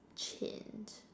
change